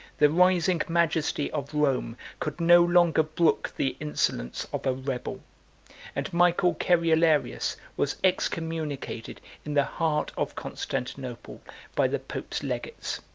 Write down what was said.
the rising majesty of rome could no longer brook the insolence of a rebel and michael cerularius was excommunicated in the heart of constantinople by the pope's legates.